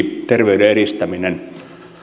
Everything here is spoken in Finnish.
terveyden edistäminen